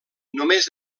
només